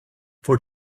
for